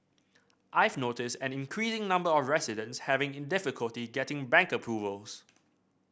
I've noticed an increasing number of residents having difficulty getting bank approvals